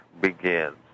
begins